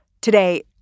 Today